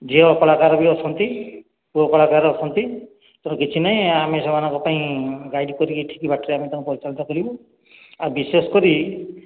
ଝିଅ କଳାକାର ବି ଅଛନ୍ତି ପୁଅ କଳାକାର ଅଛନ୍ତି ତେଣୁ କିଛି ନାହିଁ ଆମେ ସେମାନଙ୍କ ପାଇଁ ଗାଇଡ଼ କରିକି ଠିକ୍ ବାଟରେ ଆମେ ତାଙ୍କୁ ପରିଚାଳନା କରିବୁ ଆଉ ବିଶେଷ କରି